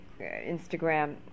Instagram